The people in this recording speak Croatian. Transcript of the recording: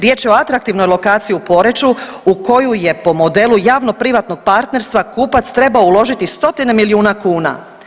Riječ je o atraktivnoj lokaciji u Poreču u koju je po modelu javno-privatnog partnerstva kupac trebao uložiti stotine milijuna kuna.